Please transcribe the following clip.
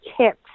tips